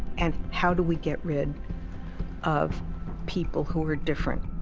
and, how do we get rid of people who were different?